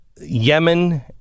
Yemen